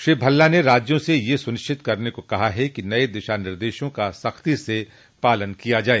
श्री भल्ला ने राज्यों से यह सुनिश्चित करने को कहा है कि नये दिशा निर्देशों का सख्ती से पालन किया जाए